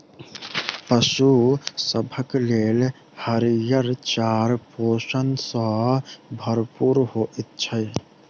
पशु सभक लेल हरियर चारा पोषण सॅ भरपूर होइत छै